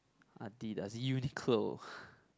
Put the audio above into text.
Adidas Uniqlo